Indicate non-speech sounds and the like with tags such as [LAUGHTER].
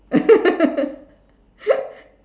[LAUGHS]